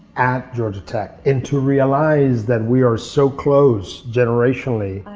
at georgia tech and to realize that we are so close generationally,